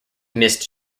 missed